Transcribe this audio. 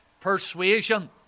persuasion